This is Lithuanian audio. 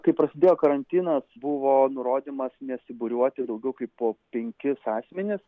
kai prasidėjo karantinas buvo nurodymas nesibūriuoti daugiau kaip po penkis asmenis